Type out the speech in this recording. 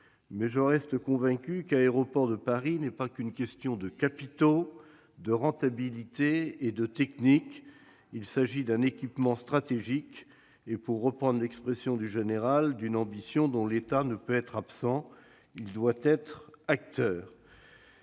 mais je reste convaincu qu'Aéroports de Paris n'est pas qu'une question de capitaux, de rentabilité et de technique. Il s'agit d'un équipement stratégique et, pour reprendre l'expression du général de Gaulle, d'une ambition dont l'État ne peut être absent. Il doit en être acteur.